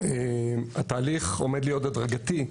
מכיוון שהתהליך עומד להיות הדרגתי,